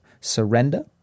surrender